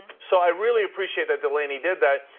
so i really appreciate that delaney did that.